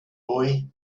boy